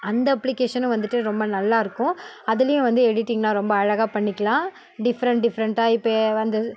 அந்த அப்ளிக்கேஷனும் வந்துட்டு ரொம்ப நல்லா இருக்கும் அதுலேயும் வந்து எடிட்டிங்லாம் ரொம்ப அழகாக பண்ணிக்கலாம் டிஃப்ரண்ட் டிஃப்ரண்ட் டைப்பு வந்தது